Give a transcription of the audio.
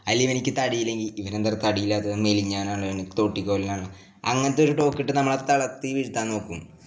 അല്ല ഇവനിക്ക് തടി ഇല്ലെങ്കിൽ ഇവൻ എന്താണ് തടി ഇല്ലാത്തത് മെലിഞ്ഞാണല്ലോ തോട്ടിക്കോലി ആണല്ലോ അങ്ങനത്തെ ഒരു ടോക്ക് ഇട്ട് നമ്മളെ തളർത്തി വീഴ്ത്താൻ നോക്കും